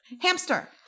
Hamster